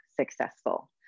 successful